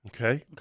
Okay